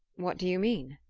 what do you mean?